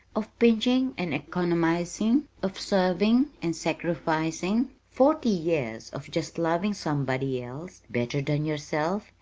of pinching and economizing, of serving and sacrificing? forty years of just loving somebody else better than yourself,